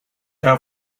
out